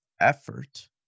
effort